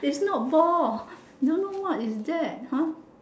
is not ball don't know what is that !huh!